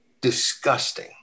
Disgusting